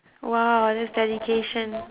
!wow! that's dedication